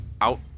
out